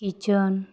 kitchen